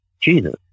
Jesus